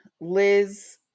Liz